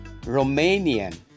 Romanian